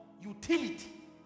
utility